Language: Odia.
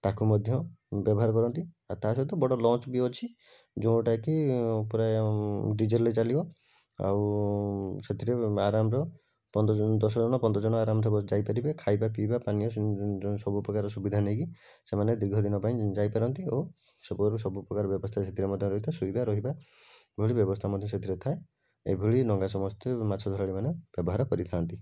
ତାକୁ ମଧ୍ୟ ବ୍ୟବହାର କରନ୍ତି ଆଉ ତା' ସହିତ ବଡ଼ ଲଞ୍ଚ୍ ବି ଅଛି ଯେଉଁଟାକି ପୁରା ଡ଼ିଜେଲ୍ରେ ଚାଲିବ ଆଉ ସେଥିରେ ଆରାମରେ ପନ୍ଦର ଜଣ ଦଶ ଜଣ ପନ୍ଦର ଜଣ ଆରାମରେ ଯାଇପାରିବେ ଖାଇବା ପିଇବା ପାନୀୟ ସବୁ ସବୁପ୍ରକାର ସୁବିଧା ନେଇକି ସେମାନେ ଦୀର୍ଘଦିନ ପାଇଁ ଯାଇପାରନ୍ତି ଓ ସବୁପ୍ରକାର ବ୍ୟବସ୍ଥା ସେଥିରେ ମଧ୍ୟ ଶୋଇବା ରହିବା ଏଭଳି ବ୍ୟବସ୍ଥା ମଧ୍ୟ ସେଥିରେ ଥାଏ ଏଭଳି ଡ଼ଙ୍ଗା ସମସ୍ତେ ମାଛ ଧରାଳିମାନେ ବ୍ୟବହାର କରିଥାନ୍ତି